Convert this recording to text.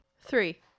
three